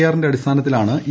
ആറിന്റെ അടിസ്ഥാനത്തിലാണ് ഇ